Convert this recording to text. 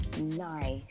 Nice